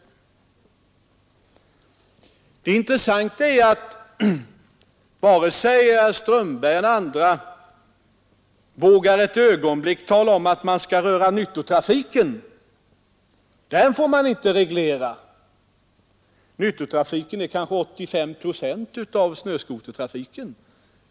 Det intressanta är att varken herr Strömberg eller andra ett ögonblick vågar tala om att man skall röra nyttotrafiken. Den får man inte reglera — den är kanske 85 procent av snöskotertrafiken.